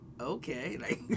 okay